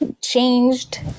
changed